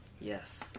Yes